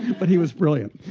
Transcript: but he was brilliant.